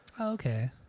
okay